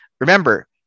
Remember